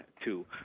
two